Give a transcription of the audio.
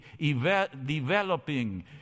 developing